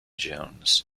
jones